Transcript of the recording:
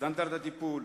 סטנדרד הטיפול,